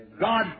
God